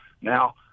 Now